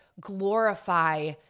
glorify